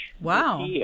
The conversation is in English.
Wow